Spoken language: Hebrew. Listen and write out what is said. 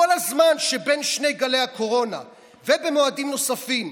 בכל הזמן שבין שני גלי הקורונה ובמועדים נוספים,